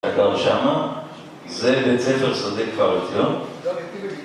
אגב, שמה זה בית ספר שדה כפר עציון